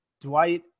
Dwight